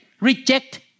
reject